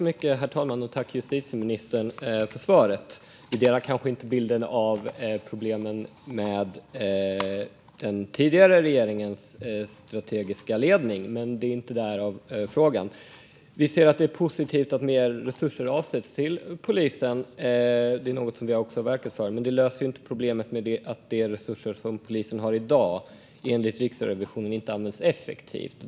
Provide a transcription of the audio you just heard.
Herr talman! Tack, justitieministern, för svaret! Vi delar kanske inte bilden av att det skulle vara problem med den tidigare regeringens strategiska ledning, men det är inte det som frågan handlar om. Vi ser att det är positivt att mer resurser avsätts till polisen. Det är något som vi också har verkat för. Men det löser inte problemet med att de resurser som polisen har i dag enligt Riksrevisionen inte används effektivt.